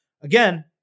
Again